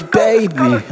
baby